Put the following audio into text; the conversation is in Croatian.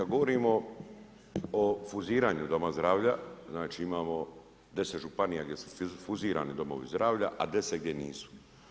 Kad govorimo o fuziranju doma zdravlja, znači imamo 10 županija gdje su fuzirani domovi zdravlja, a 10 gdje nisu.